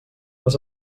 les